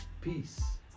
Peace